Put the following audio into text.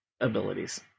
abilities